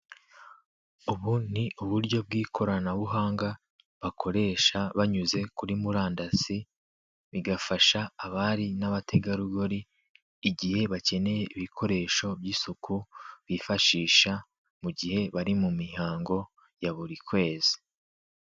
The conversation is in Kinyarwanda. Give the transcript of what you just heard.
Ubu ni uburyo bw'ikoranabuhanga bakoresha banyuze kuri murandasi, bigafasha abari n'abategarugori, igihe bakeneye ibikoresho by'isuku bifashisha mu gihe bari mu mihango ya buri kwezi.